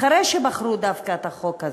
אחרי שבחרו דווקא את החוק הזה,